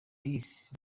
this